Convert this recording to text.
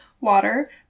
water